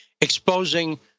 exposing